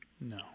No